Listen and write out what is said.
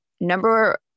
number